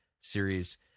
series